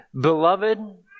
Beloved